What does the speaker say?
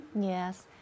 Yes